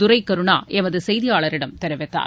துரை கருணா எமது செய்தியாளரிடம் தெரிவித்தார்